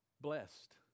blessed